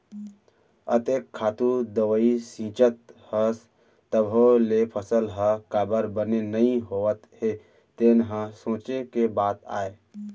अतेक खातू दवई छींचत हस तभो ले फसल ह काबर बने नइ होवत हे तेन ह सोंचे के बात आय